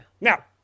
Now